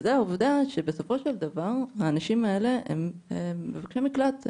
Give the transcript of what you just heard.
וזו העובדה שבסופו של דבר האנשים האלה מבקשים מקלט,